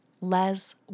Les